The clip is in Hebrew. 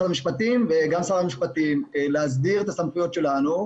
המשפטים וגם עם שר המשפטים להסדיר את הסמכויות שלנו.